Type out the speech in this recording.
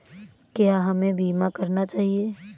क्या हमें बीमा करना चाहिए?